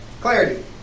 Clarity